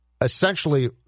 essentially